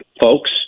folks